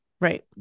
Right